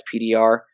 SPDR